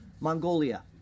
Mongolia